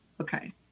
okay